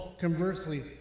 conversely